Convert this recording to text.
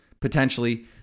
potentially